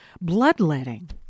bloodletting